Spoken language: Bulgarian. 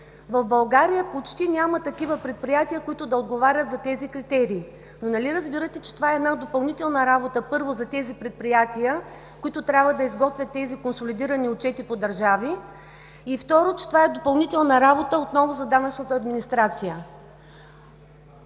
в България почти няма такива предприятия, които да отговарят на тези критерии. Нали разбирате, че това е една допълнителна работа, първо, за тези предприятия, които трябва да изготвят тези консолидирани отчети по държави и, второ, че това е допълнителна работа отново за данъчната администрация?